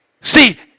See